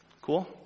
Cool